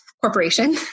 corporation